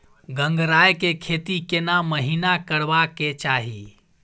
गंगराय के खेती केना महिना करबा के चाही?